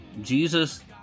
Jesus